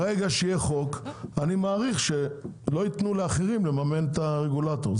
אני מעריך שלא ייתנו לאחרים לממן את הרגולטור,